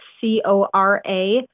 C-O-R-A